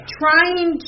trying